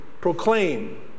proclaim